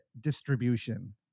distribution